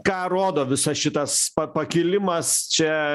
ką rodo visas šitas pakilimas čia